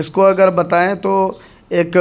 اس کو اگر بتائیں تو ایک